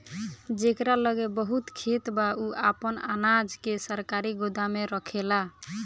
जेकरा लगे बहुत खेत बा उ आपन अनाज के सरकारी गोदाम में रखेला